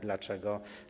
Dlaczego?